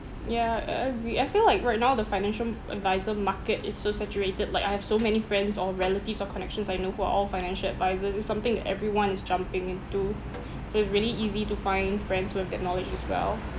ya I agree I feel like right now the financial adviser market is so saturated like I have so many friends or relatives or connections I know who are all financial advisers it's something that everyone is jumping into so it's really easy to find friends with that knowledge as well